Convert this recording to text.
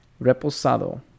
reposado